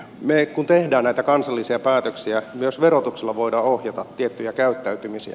kun teemme näitä kansallisia päätöksiä myös verotuksella voidaan ohjata tiettyä käyttäytymistä